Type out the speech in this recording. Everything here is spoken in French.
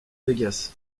vegas